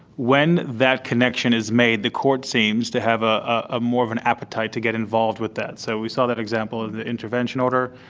when that connection is made the court seems to have ah ah more of an appetite to get involved with that. so we saw that example of the intervention order,